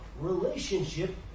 relationship